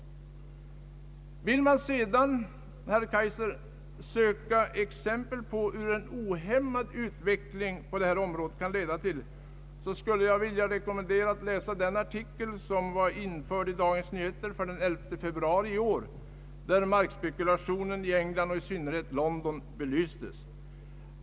Vill man sedan, herr Kaijser, söka exempel på vad en ohämmad utveckling på detta område kan leda till, så skulle jag faktiskt vilja rekommendera en artikel som var införd i Dagens Nyheter den 11 februari i år, där mark spekulationen i England och i synnerhet i London belyses.